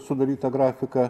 sudarytą grafiką